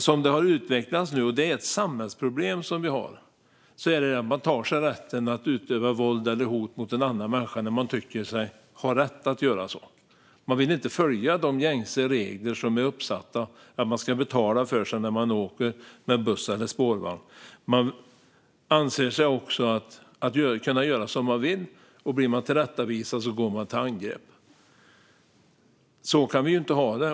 Som det har utvecklats nu - och det är ett samhällsproblem som vi har - tar man sig rätten att utöva våld eller hot mot en annan människa när man tycker sig ha rätt att göra så. Man vill inte följa de gängse regler som är uppsatta, som att man ska betala för sig när man åker med buss eller spårvagn. Man anser sig kunna göra som man vill, och blir man tillrättavisad går man till angrepp. Så kan vi inte ha det.